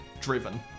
driven